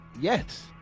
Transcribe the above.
yes